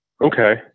Okay